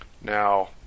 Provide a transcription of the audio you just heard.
Now